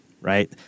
right